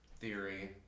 theory